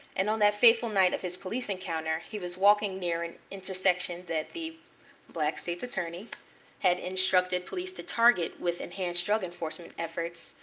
and on that fateful night of his police encounter, he was walking near an intersection that the black state's attorney had instructed police to target with enhanced drug enforcement efforts,